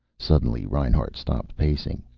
suddenly reinhart stopped pacing.